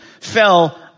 fell